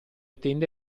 tende